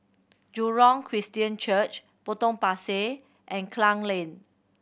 Jurong Christian Church Potong Pasir and Klang Lane